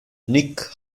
nick